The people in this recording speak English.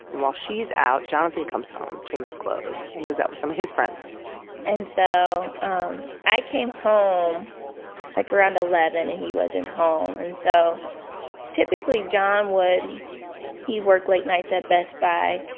and while she's out, jonathan comes home, changes clothes and goes out with some of his friends and so um i came home like around eleven. and he wasn't home. and so typically john would he worked late nights at best buy.